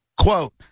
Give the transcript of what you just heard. Quote